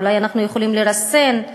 אולי אנחנו יכולים לרסן אותו